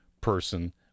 person